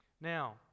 Now